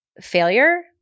failure